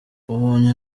ubonye